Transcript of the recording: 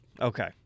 Okay